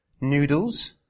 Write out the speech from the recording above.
noodles